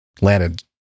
landed